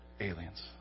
aliens